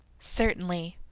certainly,